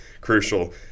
crucial